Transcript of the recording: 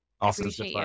Awesome